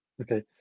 Okay